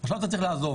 ואז הוא צריך לעזוב.